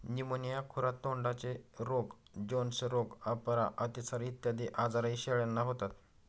pneumonia, खुरा तोंडाचे रोग, जोन्स रोग, अपरा, अतिसार इत्यादी आजारही शेळ्यांना होतात